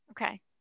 Okay